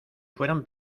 fueran